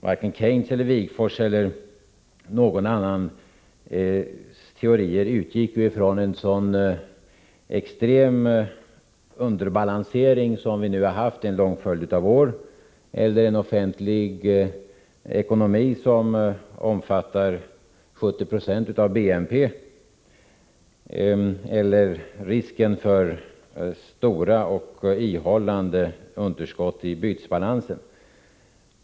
Varken Keynes, Wigforss eller någon annans teorier utgick ju från en sådan extrem underbalansering som vi nu har haft under en lång följd av år, från en offentlig ekonomi som omfattar 70 96 av BNP eller från risken för stora och ihållande underskott i bytesbalansen.